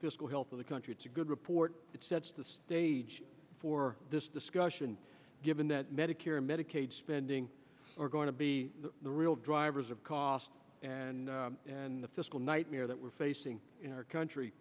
fiscal health of the country it's a good report it sets the stage for this discussion given that medicare and medicaid spending or going to be the real drivers of cost and the fiscal nightmare that we're facing in our country